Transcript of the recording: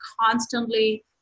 constantly